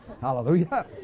Hallelujah